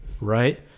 right